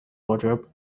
wardrobe